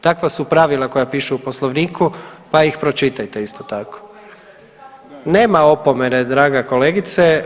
Takva su pravila koja pišu u Poslovniku, pa ih pročitajte isto tako. … [[Upadica sa strane, ne razumije se.]] Nema opomene draga kolegice.